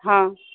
हँ